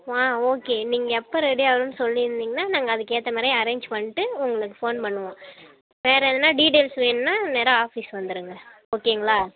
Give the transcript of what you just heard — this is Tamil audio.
ஆ ஓகே நீங்கள் எப்போ ரெடி ஆகிறேன்னு சொல்லியிருந்தீங்கன்னா நாங்கள் அதுக்கேற்ற மாதிரி அரேஞ்ச் பண்ணிட்டு உங்களுக்கு ஃபோன் பண்ணுவோம் வேறு எதனால் டீட்டெயில்ஸ் வேணுன்னால் நேராக ஆஃபீஸ் வந்திருங்க ஓகேங்களா